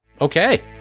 Okay